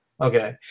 okay